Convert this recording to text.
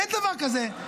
אין דבר כזה,